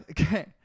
Okay